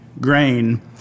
grain